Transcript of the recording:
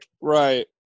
Right